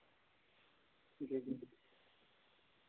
जी जी